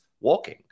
walking